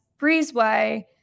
Breezeway